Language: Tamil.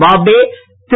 பாப்டே திரு